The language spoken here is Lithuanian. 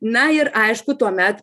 na ir aišku tuomet